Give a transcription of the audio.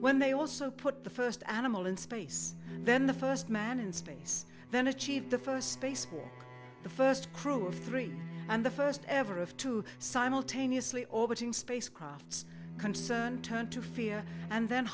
when they also put the first animal in space and then the first man in space then achieved the first space for the first crew of three and the first ever of two simultaneously orbiting spacecraft concerned turned to fear and then